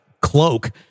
cloak